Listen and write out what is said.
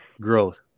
growth